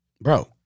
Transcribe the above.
bro